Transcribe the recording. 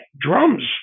drums